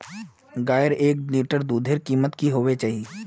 गायेर एक लीटर दूधेर कीमत की होबे चही?